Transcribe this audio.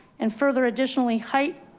and further additionally height,